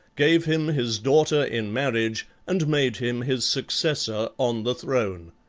gave him his daughter in marriage and made him his successor on the throne.